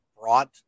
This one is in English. brought